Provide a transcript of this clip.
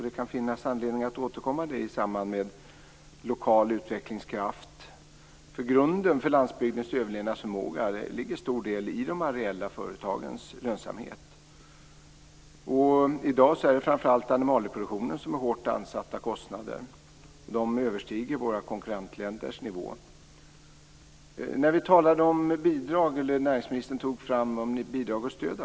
Det kan finnas anledning att återkomma till det i samband med frågor om lokal utvecklingskraft. Grunden för landsbygdens överlevnadsförmåga ligger i stor del i de areella företagens lönsamhet. I dag är det framför allt animalieproduktionen som är hårt ansatt av kostnader. De överstiger våra konkurrentländers nivåer. Näringsministern tog nyss fram frågan om bidrag och stöd.